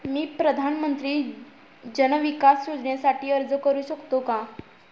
मी प्रधानमंत्री जन विकास योजनेसाठी अर्ज करू शकतो का?